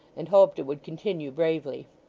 and hoped it would continue bravely.